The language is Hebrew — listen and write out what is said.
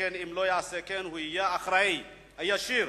שכן אם לא יעשה כן הוא יהיה האחראי הישיר